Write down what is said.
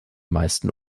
meisten